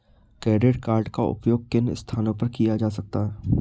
Credit card का उपयोग किन स्थानों पर किया जा सकता है?